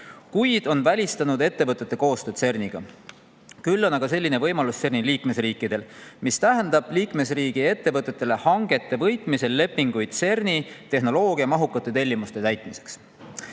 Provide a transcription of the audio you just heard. kuid on välistanud ettevõtete koostöö CERN‑iga. Küll on aga selline võimalus CERN‑i liikmesriikidel, mis tähendab liikmesriigi ettevõtetele hangete võitmisel lepinguid CERN‑i tehnoloogiamahukate tellimuste täitmiseks.